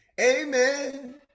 Amen